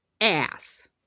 ass